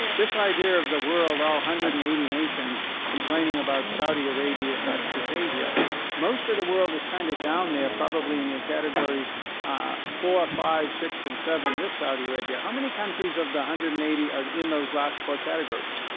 this idea of the world all one hundred and eighty nations complaining about saudi arabia and its behavior most of the world is kind of down there probably in the categories ah four, five, six, and seven with saudi arabia. how many countries of the one hundred and eighty are in those last four categories?